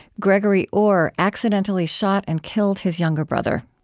gregory orr accidentally shot and killed his younger brother.